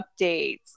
updates